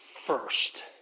First